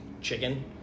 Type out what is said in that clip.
chicken